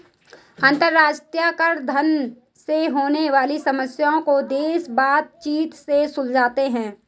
अंतरराष्ट्रीय कराधान से होने वाली समस्याओं को देश बातचीत से सुलझाते हैं